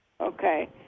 Okay